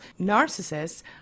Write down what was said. narcissists